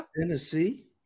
Tennessee